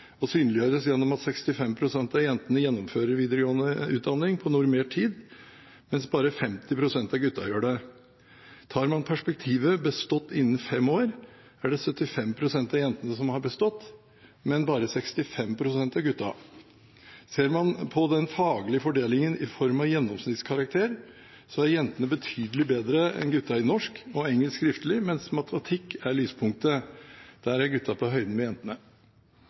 og synliggjøres gjennom at 65 pst. av jentene gjennomfører videregående utdanning på normert tid, mens bare 50 pst. av guttene gjør det. Tar man perspektivet «bestått innen fem år», er det 75 pst. av jentene som har bestått, men bare 65 pst. av gutta. Ser man på den faglige fordelingen i form av gjennomsnittskarakter, er jentene betydelig bedre enn gutta i norsk og engelsk skriftlig, mens matematikk er lyspunktet. Der er gutta på høyde med jentene.